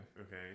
Okay